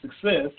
success